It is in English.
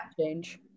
change